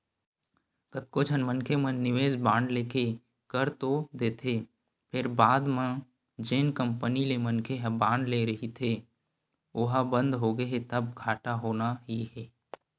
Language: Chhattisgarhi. कतको झन मनखे मन निवेस बांड लेके कर तो देथे फेर बाद म जेन कंपनी ले मनखे ह बांड ले रहिथे ओहा बंद होगे तब घाटा होना ही हे